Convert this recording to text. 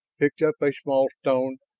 picked up a small stone,